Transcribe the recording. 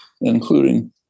including